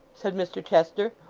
said mr chester,